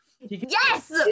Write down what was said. yes